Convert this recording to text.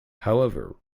however